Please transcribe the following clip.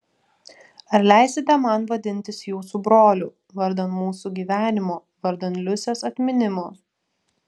ar leisite man vadintis jūsų broliu vardan mūsų gyvenimo vardan liusės atminimo